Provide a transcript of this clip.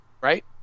right